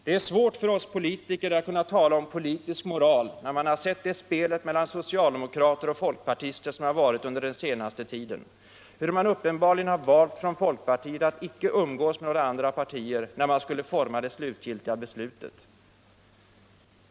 Det är svårt för oss politiker att tala om politisk moral efter det spel mellan socialdemokrater och folkpartister som har förekommit under den senaste tiden. Folkpartiet har uppenbarligen valt att icke umgås med några andra partier när man skulle forma det slutgiltiga beslutet.